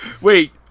Wait